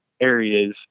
areas